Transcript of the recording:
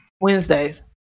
Wednesdays